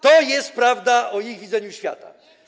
To jest prawda o ich widzeniu świata.